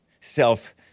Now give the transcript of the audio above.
self